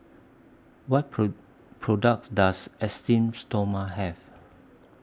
What pro products Does Esteem Stoma Have